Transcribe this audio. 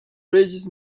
raises